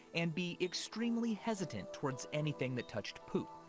and be extremely hesitant towards anything that touched poop.